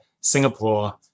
Singapore